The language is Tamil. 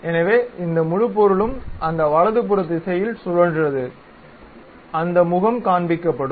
எனவே இந்த முழு பொருளும் அந்த வலதுபுற திசையில் சுழன்றது அந்த முகம் காண்பிக்கப்படும்